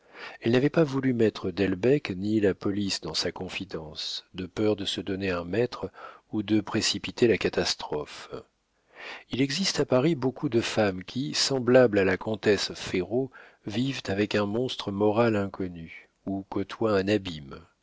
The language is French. elle n'avait pas voulu mettre delbecq ni la police dans sa confidence de peur de se donner un maître ou de précipiter la catastrophe il existe à paris beaucoup de femmes qui semblables à la comtesse ferraud vivent avec un monstre moral inconnu ou côtoient un abîme